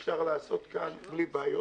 אפשר לעשות כאן בלי בעיות.